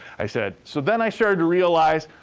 i said so, then i started to realize,